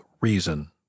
reason